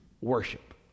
worship